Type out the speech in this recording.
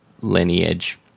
lineage